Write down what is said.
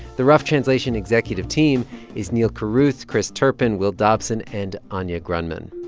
the rough translation executive team is neal carruth, chris turpin, will dobson and anya grundmann.